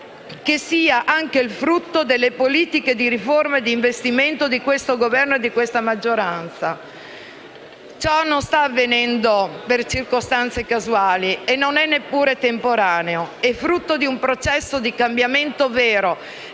che sia anche il frutto delle politiche di riforma e di investimento di questo Governo e di questa maggioranza. Ciò non sta avvenendo per circostanze casuali e non è neppure temporaneo. È frutto di un processo di cambiamento vero